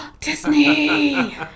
Disney